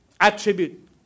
attribute